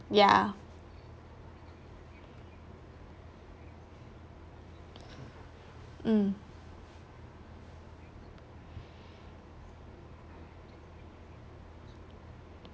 yeah mm